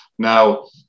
Now